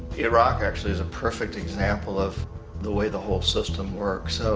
iraq, actually, is a perfect example of the way the whole system works. so,